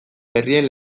berrien